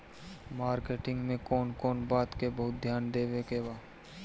Marketing मे कौन कौन बात के बहुत ध्यान देवे के बा?